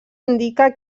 indica